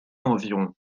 environ